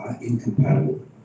Incompatible